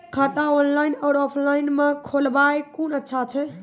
खाता ऑनलाइन और ऑफलाइन म खोलवाय कुन अच्छा छै?